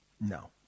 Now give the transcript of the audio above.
No